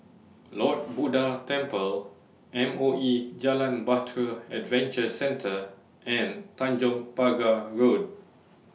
Lord Buddha Temple M O E Jalan Bahtera Adventure Centre and Tanjong Pagar Road